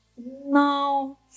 No